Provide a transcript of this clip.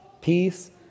peace